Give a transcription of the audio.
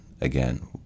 again